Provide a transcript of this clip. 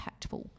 impactful